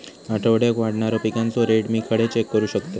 आठवड्याक वाढणारो पिकांचो रेट मी खडे चेक करू शकतय?